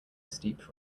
steep